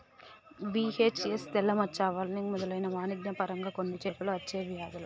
VHS, తెల్ల మచ్చ, whirling మెదలైనవి వాణిజ్య పరంగా కొన్ని చేపలకు అచ్చే వ్యాధులు